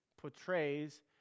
portrays